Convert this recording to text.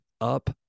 up